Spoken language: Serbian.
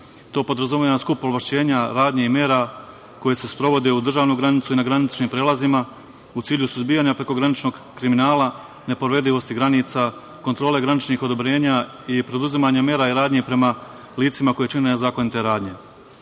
To podrazumeva skup ovlašćenja, radnji i mera koje se sprovode na državnoj granici i na graničnim prelazima u cilju suzbijanja prekograničnog kriminala, nepovredivosti granica, kontrole graničnih odobrenja i preduzimanja mera i radnji prema licima koja čine nezakonite